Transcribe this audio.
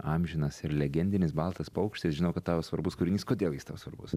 amžinas ir legendinis baltas paukštis žinau kad tau jis svarbus kūrinys kodėl jis tau svarbus